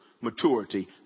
maturity